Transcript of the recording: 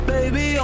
Baby